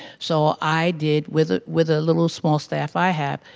so i did, with ah with a little small staff i have,